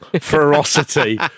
ferocity